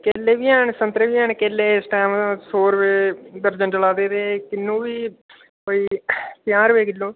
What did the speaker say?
केले बी हैन संतरे बी हैन केेले इस टैम सौ रपेऽ दर्जन चलै दे ते किन्नु बी कोई पंजाह् रपेऽ किल्लो